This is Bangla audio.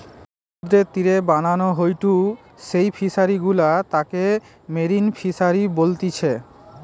সমুদ্রের তীরে বানানো হয়ঢু যেই ফিশারি গুলা তাকে মেরিন ফিসারী বলতিচ্ছে